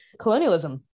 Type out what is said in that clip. colonialism